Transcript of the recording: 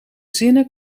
zinnen